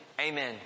Amen